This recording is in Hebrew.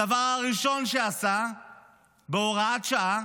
הדבר הראשון שעשה בהוראת שעה